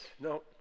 no